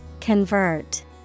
Convert